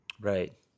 Right